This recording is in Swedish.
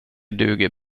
duger